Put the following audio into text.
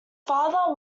father